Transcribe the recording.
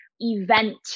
event